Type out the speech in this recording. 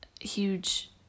huge